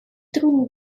трудный